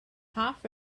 half